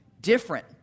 different